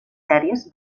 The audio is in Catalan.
sèries